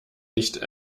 nicht